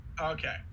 Okay